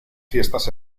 fiestas